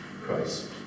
Christ